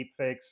deepfakes